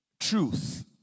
truth